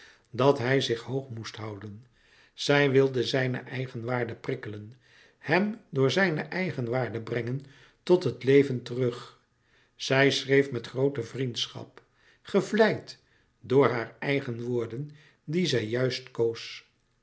dat hij zich hoog moest houden zij wilde zijne eigenwaarde prikkelen hem door zijne eigenwaarde brengen tot het leven terug zij schreef met groote vriendschap gevleid door haar eigen woorden die zij juist koos